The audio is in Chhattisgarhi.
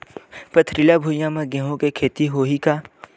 पथरिला भुइयां म गेहूं के खेती होही का?